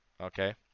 Okay